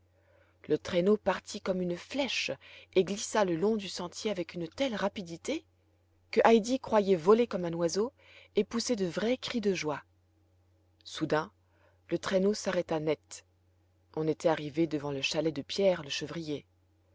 le traîneau partit comme une flèche et glissa le long du sentier avec une telle rapidité que heidi croyait voler comme un oiseau et poussait de vrais cris de joie soudain le traîneau s'arrêta net on était arrivé devant le chalet de pierre le chevrier